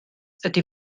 ydy